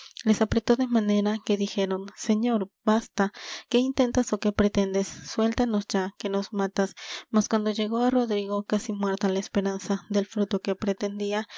les apretó de manera que dijeron señor basta qué intentas ó qué pretendes suéltanos ya que nos matas mas cuando llegó á rodrigo casi muerta la esperanza del fruto que pretendía